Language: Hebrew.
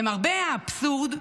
למרבה האבסורד,